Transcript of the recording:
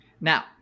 Now